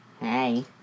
Hey